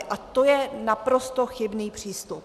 A to je naprosto chybný přístup.